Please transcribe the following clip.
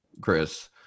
chris